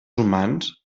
humans